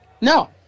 No